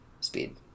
speed